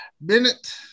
bennett